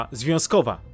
związkowa